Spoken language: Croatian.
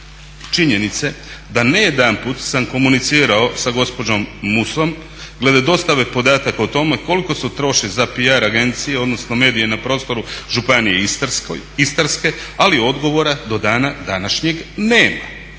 činjenice da ne jedanput sam komunicirao sa gospođom Musom glede dostave podataka o tome koliko se troši za PR agencije, odnosno medije na prostoru županije Istarske, ali odgovora do dana današnjeg nema.